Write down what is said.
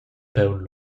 paun